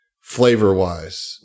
flavor-wise